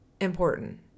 Important